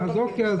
אז אוקיי.